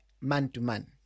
man-to-man